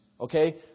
Okay